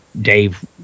Dave